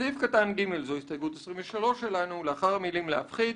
בסעיף קטן (ג) לאחר המילה "להפחית"